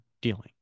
dealing